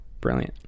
brilliant